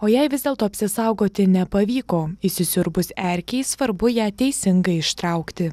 o jei vis dėlto apsisaugoti nepavyko įsisiurbus erkei svarbu ją teisingai ištraukti